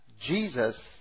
Jesus